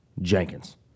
Jenkins